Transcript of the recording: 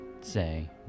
say